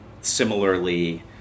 Similarly